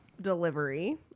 delivery